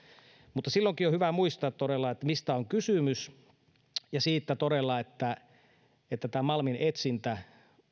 mutta silloinkin on hyvä muistaa todella mistä on kysymys todella siitä että tämä malminetsintä